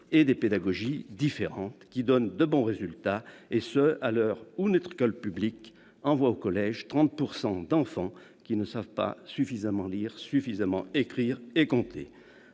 et des pédagogies différentes donnant de bons résultats, ce à l'heure où notre école publique envoie au collège 30 % d'enfants qui ne savent pas suffisamment lire, écrire et compter.